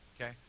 Okay